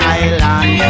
island